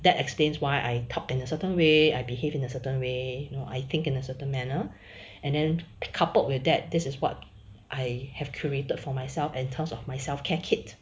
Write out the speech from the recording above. that explains why I talked in a certain way I behave in a certain way you know I think in a certain manner and then coupled with that this is what I have curated for myself and in terms of my self care kit